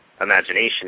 imagination